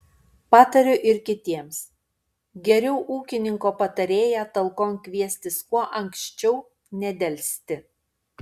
patariu ir kitiems geriau ūkininko patarėją talkon kviestis kuo anksčiau nedelsti